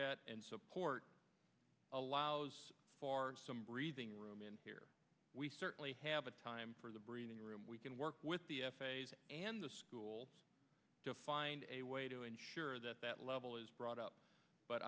at and support allows for some breathing room in here we certainly have a time for the breathing room we can work with and the school to find a way to ensure that that level is brought up but